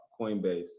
Coinbase